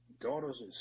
daughters